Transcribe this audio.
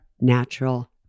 Natural